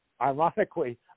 ironically